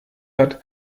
hat